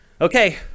Okay